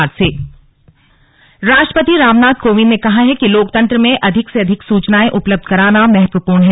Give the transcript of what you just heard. slug राष्ट्रपति कोविदं राष्ट्रपति रामनाथ कोविंद ने कहा है कि लोकतंत्र में अधिक से अधिक सूचनाएं उपलब्ध कराना महत्वपूर्ण है